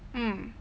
mm